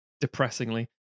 depressingly